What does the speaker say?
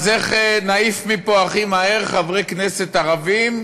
אז איך נעיף מפה הכי מהר חברי כנסת ערבים,